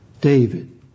David